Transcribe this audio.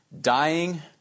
dying